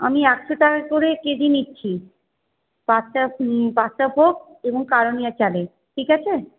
আমি একশো টাকা করেই কেজি নিচ্ছি বাদশা বাদশাভোগ এবং কালনুনিয়া চালের ঠিক আছে